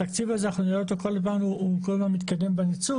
התקציב הזה אנחנו נראה שהוא כל הזמן מתקדם בניצול.